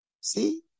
See